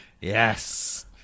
Yes